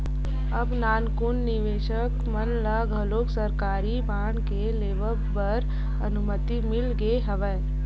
अब नानचुक निवेसक मन ल घलोक सरकारी बांड के लेवब बर अनुमति मिल गे हवय